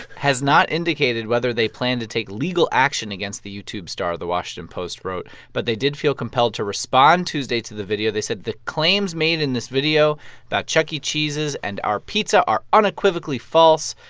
has not indicated whether they plan to take legal action against the youtube star, the washington post wrote. but they did feel compelled to respond tuesday to the video. they said, the claims made in this video about chuck e. cheese's and our pizza are unequivocally false.